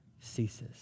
ceases